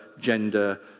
gender